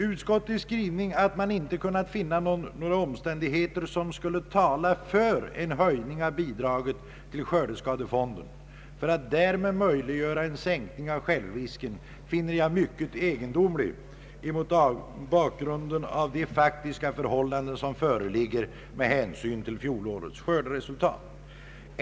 Utskottets skrivning, att man inte kunnat finna några omständigheter som skulle tala för en höjning av bidraget till skördeskadefonden för att därmed möjliggöra en sänkning av självrisken, finner jag mycket egendomlig mot bakgrunden av de faktiska förhållanden som föreligger med hänsyn till fjolårets skörderesultat.